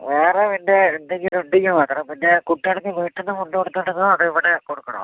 വേറെ പിന്നെ എന്തെങ്കിലും ഉണ്ടെങ്കിൽ മാത്രം പിന്നെ കുട്ടികൾക്ക് വീട്ടിൽ നിന്ന് ഫുഡ് കൊടുത്ത് വിടണോ അതോ ഇവിടെ കൊടുക്കണോ